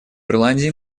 ирландии